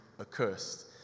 accursed